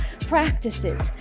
practices